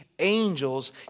angels